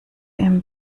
ihm